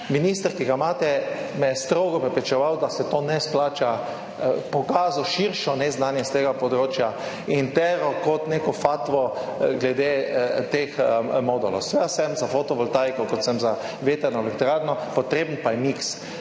Minister, ki ga imate, me je strogo prepričeval, da se to ne izplača, pokazal širšo neznanje s tega področja in teral neko fatvo glede teh modulov. Seveda sem za fotovoltaiko, kot sem za vetrno elektrarno, potreben pa je miks.